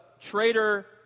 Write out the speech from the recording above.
traitor